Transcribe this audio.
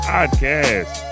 Podcast